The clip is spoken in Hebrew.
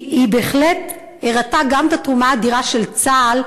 היא בהחלט הראתה גם את התרומה האדירה של צה"ל,